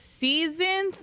season